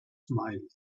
smile